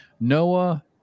Noah